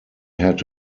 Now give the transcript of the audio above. had